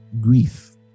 grief